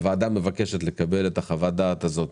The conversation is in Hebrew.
הוועדה מבקשת לקבל את חוות הדעת הזאת